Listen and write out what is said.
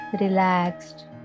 relaxed